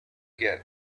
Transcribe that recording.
get